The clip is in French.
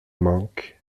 manquent